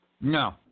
No